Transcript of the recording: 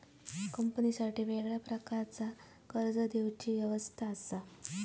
कंपनीसाठी वेगळ्या प्रकारचा कर्ज देवची व्यवस्था असा